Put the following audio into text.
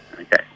Okay